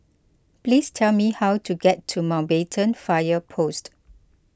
please tell me how to get to Mountbatten Fire Post